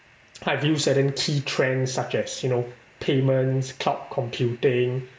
I view certain key trends such as you know payments cloud computing